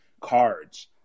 cards